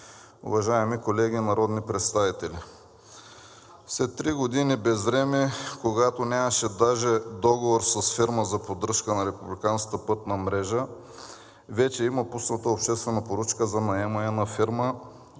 уважаеми колеги народни представители! След три години безвремие, когато нямаше даже договор с фирма за поддръжка на републиканската пътна мрежа, вече има пусната обществена поръчка за наемане на фирма